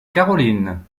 caroline